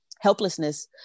helplessness